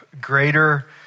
greater